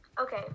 Okay